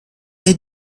they